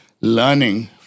learning